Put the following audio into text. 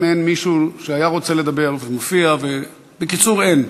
אם יש מישהו שהיה רוצה לדבר ומופיע, בקיצור, אין.